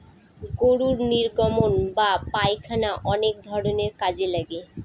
গরুর নির্গমন বা পায়খানা অনেক ধরনের কাজে লাগে